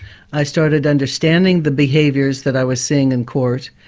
i started understanding the behaviours that i was seeing in court,